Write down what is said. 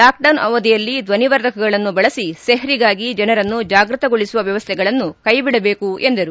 lockdown ಅವಧಿಯಲ್ಲಿ ಧ್ವನಿವರ್ಧಕಗಳನ್ನು ಬಳಸಿ ಸೆಟ್ರಿಗಾಗಿ ಜನರನ್ನು ಜಾಗೃತಗೊಳಿಸುವ ವ್ಯವಸ್ಥೆಗಳನ್ನು ಕೈಬಿಡಬೇಕು ಎಂದರು